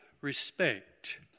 respect